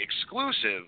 exclusive